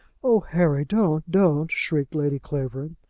oh, harry, don't, don't! shrieked lady clavering.